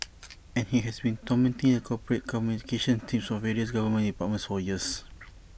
and he has been tormenting the corporate communications team of various government departments for years